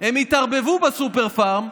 הם יתערבבו בסופר-פארם,